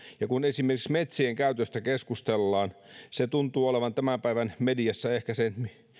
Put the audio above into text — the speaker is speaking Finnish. kun esimerkiksi metsien käytöstä keskustellaan se tuntuu olevan tämän päivän mediassa ehkä se